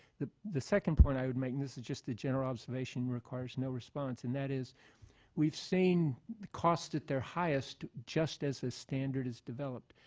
the the second point i would make and this is just general observation requirements no response. and that is we've seen cost at their highest just as a standard is developed.